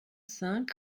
cinq